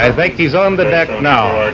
and think he's on the deck now.